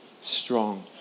strong